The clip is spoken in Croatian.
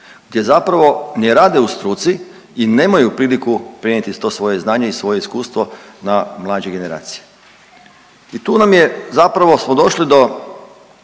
gdje zapravo ne rade u struci i nemaju priliku prenijeti to svoje znanje i svoje iskustvo na mlađe generacije i tu nam je, zapravo smo došli do